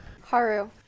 Haru